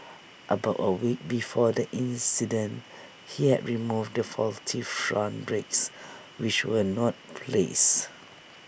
about A week before the accident he had removed the faulty front brakes which were not replaced